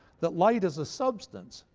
that light is a substance,